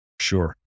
Sure